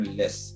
less